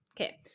Okay